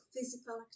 physical